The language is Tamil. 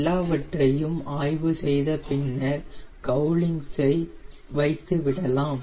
எல்லாவற்றையும் ஆய்வு செய்த பின்னர் கௌலிங்க்ஸ் ஐ வைத்து விடலாம்